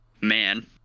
man